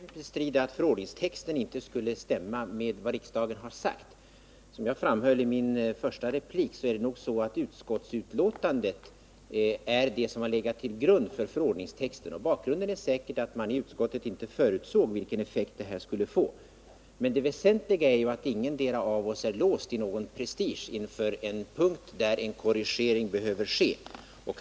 Herr talman! Jag vill bestrida påståendet att förordningstexten inte skulle stämma med vad riksdagen har uttalat. Som jag framhöll i min första replik är det nog så att utskottsbetänkandet har legat till grund för förordningstexten. Bakgrunden är säkert den att man i utskottet inte förutsåg vilken effekt denna skrivning skulle få. Men det väsentliga är ju att ingendera av oss är låst i någon prestige inför en punkt där en korrigering behöver företas.